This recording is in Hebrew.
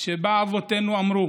שבה אבותינו אמרו